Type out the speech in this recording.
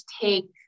take